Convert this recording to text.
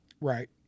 Right